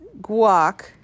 guac